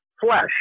flesh